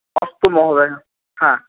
अस्तु महोदय हा